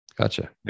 gotcha